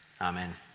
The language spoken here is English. Amen